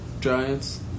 Giants